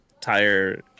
tire